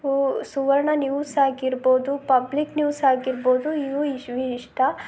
ಸುವರ್ಣ news ಆಗಿರ್ಬೋದು public news ಆಗಿರ್ಬೋದು ಇವು ಇಷ್ಟ